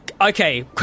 okay